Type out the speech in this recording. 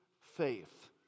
faith